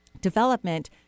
development